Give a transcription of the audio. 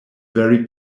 very